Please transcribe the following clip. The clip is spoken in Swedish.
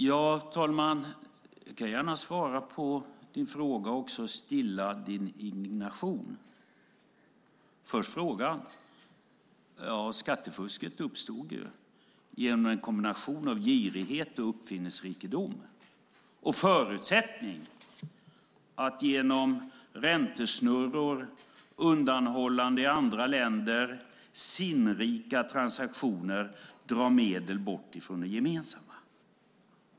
Fru talman! Jag kan gärna svara på din fråga och också stilla din indignation. Först tar jag frågan. Skattefusket uppstod genom en kombination av girighet och uppfinningsrikedom och förutsättningar att genom räntesnurror, undanhållande i andra länder och sinnrika transaktioner dra bort medel från det gemensamma.